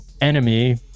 enemy